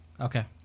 Okay